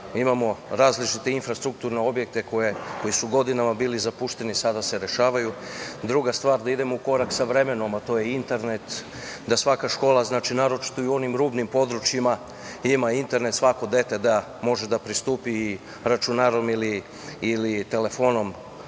imamo različite infrastrukturne objekte koji su godinama bili zapušteni, a sada se rešavaju. Druga stvar, idemo u korak sa vremenom, a to je internet, da svaka škola, znači u onim rubnim područjima ima internet, svako dete da može da pristupi računarom ili telefonom